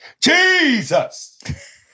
Jesus